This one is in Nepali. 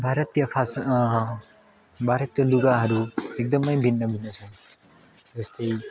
भारतीय फास भारतीय लुगाहरू एकदमै भिन्नभिन्न छ जस्तै